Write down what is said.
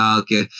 okay